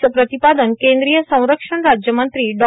असं प्रतिपादन केंद्रीय संरक्षण राज्यमंत्री डॉ